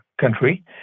country